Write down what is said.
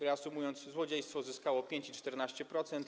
Reasumując, złodziejstwo zyskało 5% i 14%,